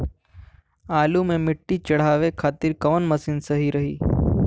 आलू मे मिट्टी चढ़ावे खातिन कवन मशीन सही रही?